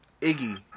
Iggy